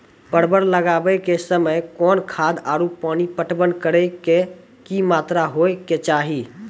परवल लगाबै के समय कौन खाद आरु पानी पटवन करै के कि मात्रा होय केचाही?